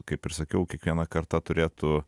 kaip ir sakiau kiekvieną kartą turėtų